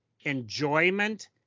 enjoyment